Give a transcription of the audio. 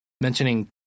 mentioning